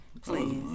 Please